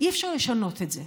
אי-אפשר לשנות את זה,